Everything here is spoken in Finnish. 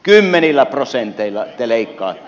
kymmenillä prosenteilla te leikkaatte